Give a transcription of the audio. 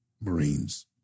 Marines